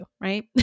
right